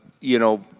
you know,